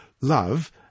love